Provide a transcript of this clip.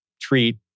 treat